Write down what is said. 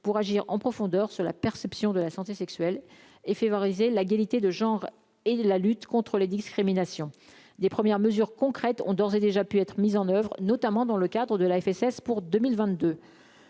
pour agir en profondeur sur la perception de la santé sexuelle et favoriser la qualité de genre et la lutte contre les discriminations, des premières mesures concrètes ont d'ores et déjà pu être mis en oeuvre, notamment dans le cadre de la FSS pour 2022,